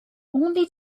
only